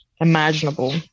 imaginable